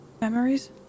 Memories